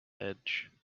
edge